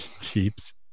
Jeeps